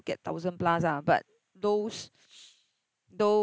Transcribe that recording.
get thousand plus ah but those those